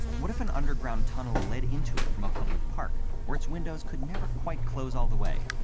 what if an underground tunnel led into it from a public park, or its windows could never quite close all the way?